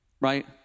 right